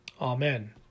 Amen